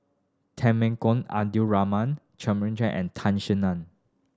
Temenggong Abdul Rahman Jumabhoy and Tan Sin Aun